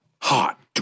Hot